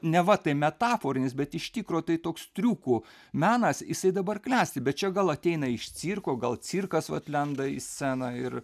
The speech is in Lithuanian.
neva tai metaforinis bet iš tikro tai toks triukų menas jisai dabar klesti bet čia gal ateina iš cirko gal cirkas vat lenda į sceną ir